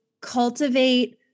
cultivate